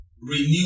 Renew